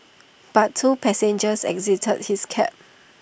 but two passengers exited his cab